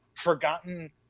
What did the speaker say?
forgotten